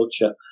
culture